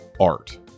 art